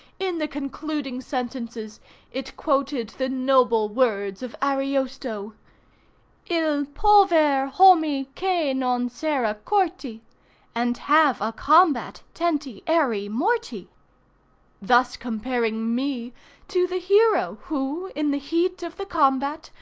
in the concluding sentences it quoted the noble words of ariosto il pover hommy che non sera corty and have a combat tenty erry morty thus comparing me to the hero who, in the heat of the combat,